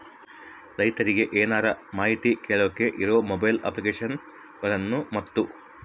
ರೈತರಿಗೆ ಏನರ ಮಾಹಿತಿ ಕೇಳೋಕೆ ಇರೋ ಮೊಬೈಲ್ ಅಪ್ಲಿಕೇಶನ್ ಗಳನ್ನು ಮತ್ತು?